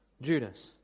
judas